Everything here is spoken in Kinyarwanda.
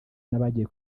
n’abagiye